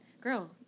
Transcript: girl